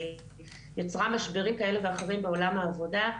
שיצרה משברים כאלה ואחרים בעולם העבודה,